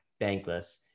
bankless